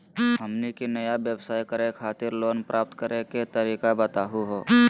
हमनी के नया व्यवसाय करै खातिर लोन प्राप्त करै के तरीका बताहु हो?